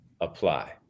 apply